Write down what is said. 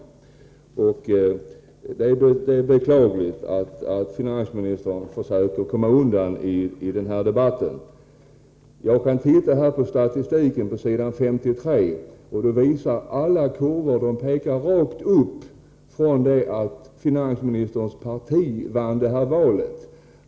Det är beklagligt att finansministern försöker komma undan den debatten. Enligt statistiken på s. 53. pekar alla kurvor rakt upp från det att finansministerns parti vann valet.